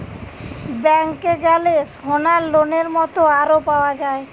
ব্যাংকে গ্যালে সোনার লোনের মত আরো পাওয়া যায়